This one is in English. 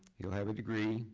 he'll have a degree,